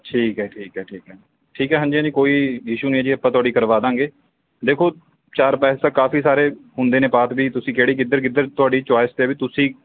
ਠੀਕ ਹੈ ਠੀਕ ਹੈ ਠੀਕ ਹੈ ਠੀਕ ਹੈ ਹਾਂਜੀ ਹਾਂਜੀ ਕੋਈ ਇਸ਼ੂ ਨਹੀਂ ਜੀ ਆਪਾਂ ਤੁਹਾਡੀ ਕਰਵਾ ਦਾਂਗੇ ਦੇਖੋ ਚਾਰ ਵੈਸੇ ਤਾਂ ਕਾਫੀ ਸਾਰੇ ਹੁੰਦੇ ਨੇ ਪਾਸ ਵੀ ਤੁਸੀਂ ਕਿਹੜੀ ਕਿੱਧਰ ਕਿੱਧਰ ਤੁਹਾਡੀ ਚੋਇਸ 'ਤੇ ਵੀ ਤੁਸੀਂ